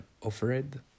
offered